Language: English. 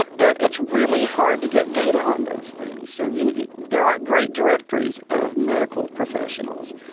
but that it's really hard to get data on those things. so you there aren't great directories of medical professionals.